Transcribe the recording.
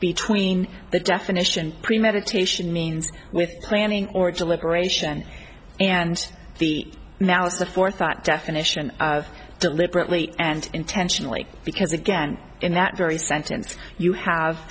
between the definition premeditation means with planning or deliberation and the malice aforethought definition deliberately and intentionally because again in that very sentence you ha